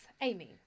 Amy